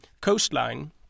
coastline